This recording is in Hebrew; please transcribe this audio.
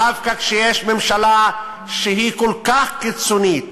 דווקא כשיש ממשלה שהיא כל כך קיצונית,